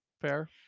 fair